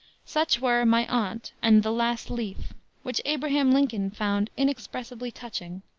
such were my aunt and the last leaf which abraham lincoln found inexpressibly touching,